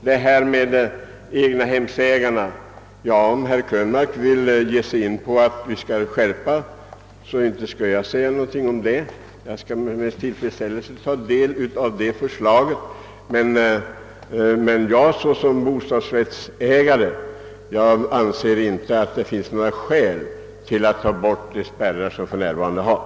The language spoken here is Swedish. Beträffande egnahemsägarna vill jag säga att om herr Krönmark önskar en skärpning har jag ingenting att invända. Med intresse skall jag ta del av ett sådant förslag, men som bostadsrättsägare tycker jag det inte finns några skäl att ta bort de nuvarande spärrarna.